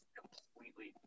completely